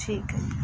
ਠੀਕ ਹੈ